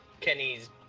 Kenny's